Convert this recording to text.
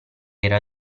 era